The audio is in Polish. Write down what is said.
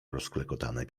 rozklekotane